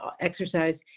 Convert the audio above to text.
exercise